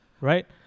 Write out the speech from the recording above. Right